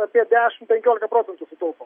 apie dešim penkiolika procentų sutaupo